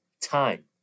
time